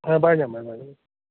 ᱦᱮᱸ ᱵᱟᱭ ᱧᱟᱢᱫᱟ